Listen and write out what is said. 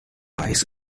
ice